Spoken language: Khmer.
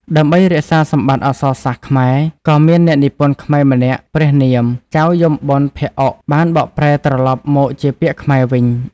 ដើម្បីរក្សាសម្បត្តិអក្សរសាស្ត្រខ្មែរ ក៏មានអ្នកនិពន្ធខ្មែរម្នាក់ព្រះនាម ចៅយមបុណ្យភក្តិឧក បានបកប្រែត្រឡប់មកជាពាក្យខ្មែរវិញ។